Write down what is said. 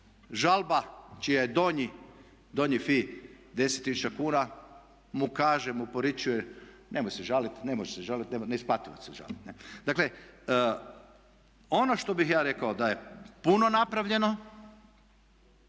žalba čiji je donji fi 10 tisuća kuna mu kaže, mu poručuje nemoj se žaliti, nemoj se žaliti, ne isplati vam se žaliti. Dakle, ono što bih ja rekao da je puno napravljeno,